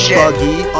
buggy